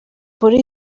kubera